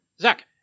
Zach